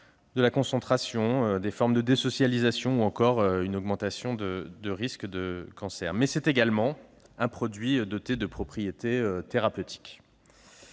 de la concentration, des formes de désocialisation, ou encore une augmentation du risque de cancers. Mais c'est également un produit doté de propriétés thérapeutiques.